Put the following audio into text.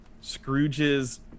Scrooge's